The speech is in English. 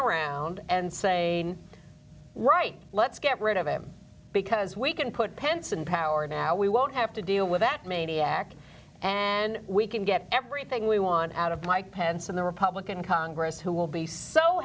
around and say right let's get rid of him because we can put pence in power now we won't have to deal with that maniac and we can get everything we want out of mike pence in the republican congress who will be so